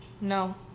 No